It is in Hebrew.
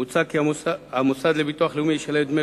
מוצע כי המוסד לביטוח לאומי ישלם דמי